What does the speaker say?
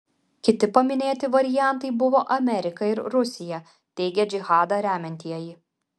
kiti paminėti variantai buvo amerika ir rusija teigia džihadą remiantieji